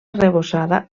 arrebossada